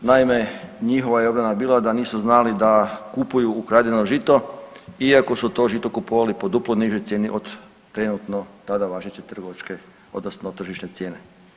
Naime, njihova je obrana bila da nisu znali da kupuju ukradeno žito iako su to žito kupovali po duplo nižoj cijeni od trenutno tada važeće trgovačke odnosno tržišne cijene.